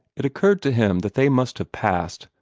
it occurred to him that they must have passed,